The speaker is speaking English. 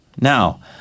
Now